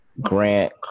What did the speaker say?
Grant